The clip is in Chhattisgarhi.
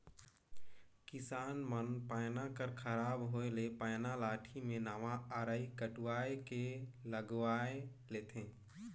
किसान मन पैना कर खराब होए ले पैना लाठी मे नावा अरई कटवाए के लगवाए लेथे